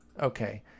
Okay